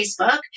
Facebook